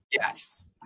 Yes